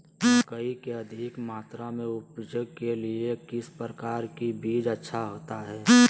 मकई की अधिक मात्रा में उपज के लिए किस प्रकार की बीज अच्छा होता है?